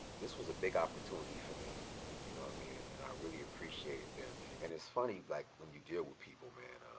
this was a big opportunity for me you know i mean and i really appreciated them and it's funny like when you deal with people man